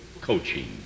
coaching